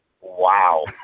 Wow